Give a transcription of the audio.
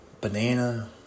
banana